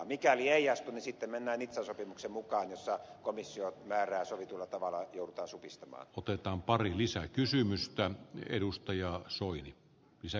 mikäli ei astu niin sitten mennään nizzan sopimuksen mukaan jossa komissaarien määrää sovitulla tavalla joudutaan supistamaan otetaan parin lisäkysymystään edustajia osui sen